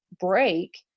break